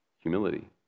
humility